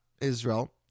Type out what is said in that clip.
Israel